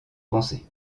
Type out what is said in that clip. pensée